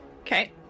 Okay